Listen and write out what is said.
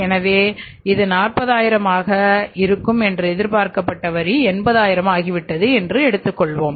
எனவே இது 40000 ஆக இருக்கும் என்று எதிர்பார்க்கப்பட்ட வரி 80000 ஆகிவிட்டது என்பதாகும்